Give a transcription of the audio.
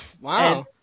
Wow